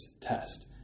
test